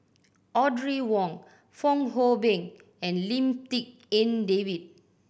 Audrey Wong Fong Hoe Beng and Lim Tik En David